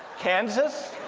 kansas?